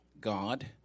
God